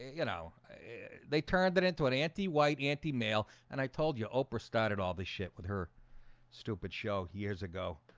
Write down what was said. you know they turned it into an anti white anti male and i told you oprah started all this shit with her stupid show years ago